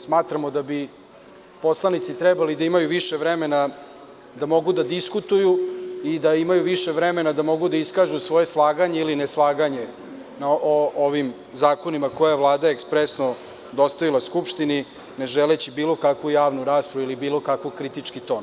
Smatramo da bi poslanici trebalo da imaju više vremena da mogu da diskutuju i da imaju više vremena da mogu da iskažu svoje slaganje ili neslaganje o ovim zakonima, koje je Vlada ekspresno dostavila Skupštini, ne želeći bilo kakvu javnu raspravu i bilo kakav kritički ton.